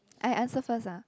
I answer first ah